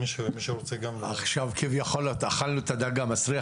עכשיו כביכול אכלנו את הדג המסריח,